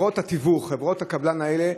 חברות התיווך, חברות הקבלן האלו,